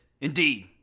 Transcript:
indeed